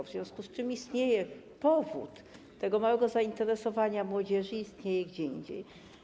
W związku z tym powód tego małego zainteresowania młodzieży istnieje gdzie indziej.